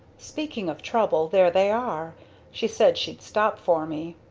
speaking of trouble, there they are she said she'd stop for me.